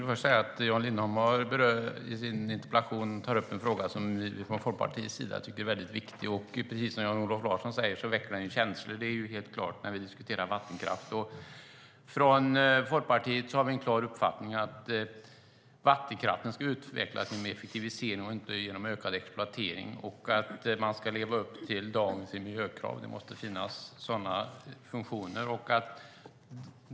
Fru talman! Jan Lindholm tar i sin interpellation upp en fråga som vi i Folkpartiet tycker är väldigt viktig. Som Jan-Olof Larsson säger väcker det känslor när vi diskuterar vattenkraft. Det är helt klart. I Folkpartiet har vi en tydlig uppfattning att vattenkraften ska utvecklas genom effektivisering, inte genom ökad exploatering, och att man ska leva upp till dagens miljökrav. Det måste finnas sådana funktioner.